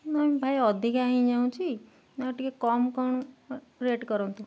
ନାଇଁ ଭାଇ ଅଧିକା ହେଇଁଯାଉଛି ଆଉ ଟିକେ କମ୍ କ'ଣ ରେଟ୍ କରନ୍ତୁ